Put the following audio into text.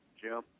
Jim